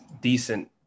decent